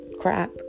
crap